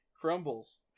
crumbles